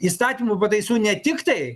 įstatymų pataisų ne tik tai